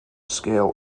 scale